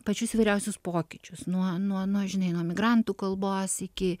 pačius įvairiausius pokyčius nuo nuo nuo žinai nuo migrantų kalbos iki